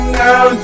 now